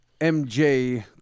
MJ